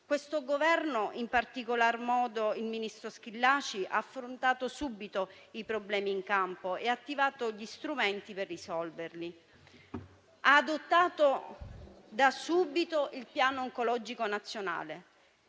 Questo Governo, in particolar modo il ministro Schillaci, ha affrontato subito i problemi in campo e ha attivato gli strumenti per risolverli. Ha adottato da subito il piano oncologico nazionale.